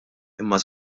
imma